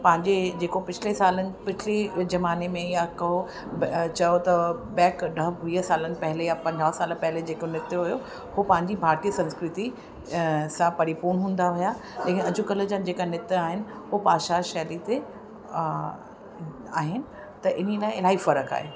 पंहिंजे जेको पिछले सालनि पिछली ज़माने में या को चओ त बैक ॾह वीह सालनि पहिले या पंद्रहं साल पहिले जेको नृत्य हुयो हो पंहिंजी भारतीय संस्कृति सां परिपूर्ण हूंदा हुया ईअं अॼुकल्ह जा जेका नृत्य आहिनि हू बादशाह शैली ते आहिनि त इन लाइ इलाही फ़र्क़ु आहे